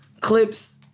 clips